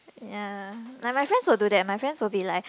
ya like my friends will do that my friends will be like